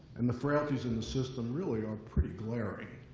and the frailties in the system really are pretty glaring.